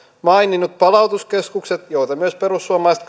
maininnut palautuskeskukset joita myös perussuomalaiset